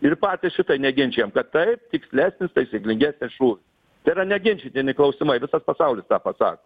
ir patys šitai neginčijam kad taip tikslesnis taisyklingesnis šūvis tai yra neginčytini klausimai visas pasaulis tą pasako